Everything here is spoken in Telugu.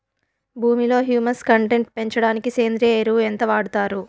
భూమిలో హ్యూమస్ కంటెంట్ పెంచడానికి సేంద్రియ ఎరువు ఎంత వాడుతారు